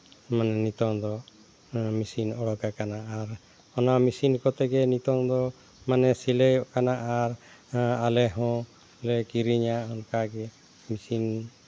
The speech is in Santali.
ᱢᱟᱱᱮ ᱱᱤᱛᱚᱜ ᱫᱚ ᱢᱮᱹᱥᱤᱱ ᱚᱰᱳᱠ ᱟᱠᱟᱱᱟ ᱟᱨ ᱚᱱᱟ ᱢᱮᱹᱥᱤᱱ ᱠᱚᱛᱮ ᱜᱮ ᱱᱤᱛᱚᱝ ᱫᱚ ᱢᱟᱱᱮ ᱥᱤᱞᱟᱹᱭᱚᱜ ᱠᱟᱱᱟ ᱟᱨ ᱟᱞᱮ ᱦᱚᱸ ᱞᱮ ᱠᱤᱨᱤᱧᱟ ᱚᱱᱠᱟ ᱜᱮ ᱢᱮᱹᱥᱤᱱ